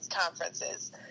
conferences